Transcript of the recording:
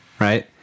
right